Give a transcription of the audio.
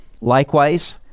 Likewise